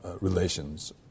relations